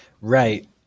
right